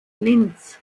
linz